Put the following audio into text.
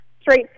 straight